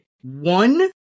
one